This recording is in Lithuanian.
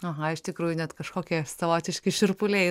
aha iš tikrųjų net kažkokie savotiški šiurpuliai